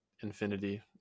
infinity